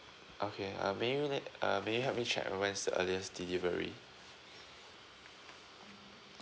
okay um may you let uh may you help me check when's earliest delivery